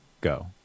go